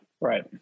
right